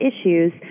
issues